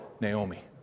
Naomi